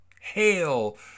hail